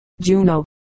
Juno